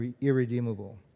irredeemable